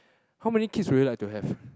how many kids will you like to have